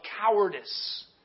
cowardice